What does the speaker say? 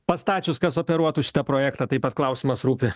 pastačius kas operuotų šitą projektą taip pat klausimas rūpi